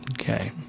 okay